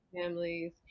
families